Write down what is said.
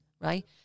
right